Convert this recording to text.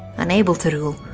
unable to rule,